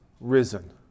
risen